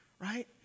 right